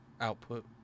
output